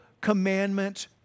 commandment